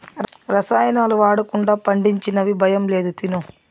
రసాయనాలు వాడకుండా పండించినవి భయం లేదు తిను